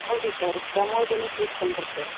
ಹೌದು sir Pramodini fruit centre sir